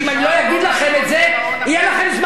יהיה לכם זמן לדבר על תלמידי הישיבות,